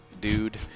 dude